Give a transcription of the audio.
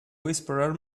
whisperer